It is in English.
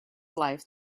life